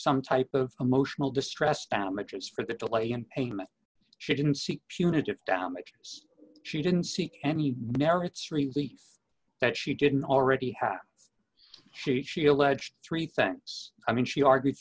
some type of emotional distress damages for the delay in payment she didn't see punitive damages she didn't see any merits really that she didn't already have she she alleged three things i mean she argued